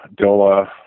DOLA